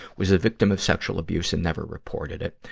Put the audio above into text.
was a victim of sexual abuse and never reported it.